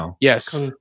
yes